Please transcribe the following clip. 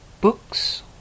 books